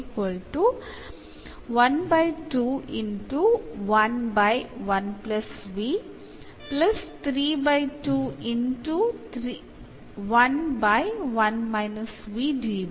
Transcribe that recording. ഇതിനെ ഇൻറെഗ്രേറ്റ് ചെയ്യുന്നു